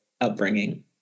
upbringing